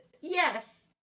yes